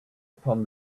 upon